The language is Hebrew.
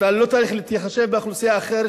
אתה לא צריך להתחשב באוכלוסייה אחרת,